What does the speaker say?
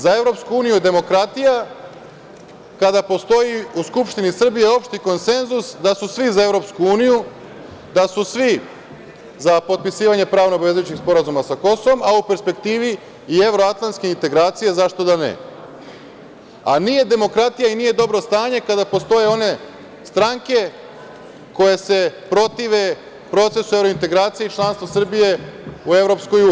Za EU je demokratija kada postoji u Skupštini Srbije da su svi za EU, da su svi za potpisivanje pravno-obavezujućih sporazuma sa Kosovom, a u perspektivi i evroatlanske integracije, zašto da ne, a nije demokratija i nije dobro stanje kada postoje one stranke koje se protive procesu evrointegracija i članstvu Srbije u EU.